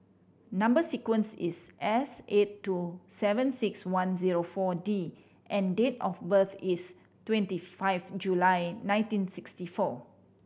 number sequence is S eight two seven six one zero Four D and date of birth is twenty five July nineteen sixty four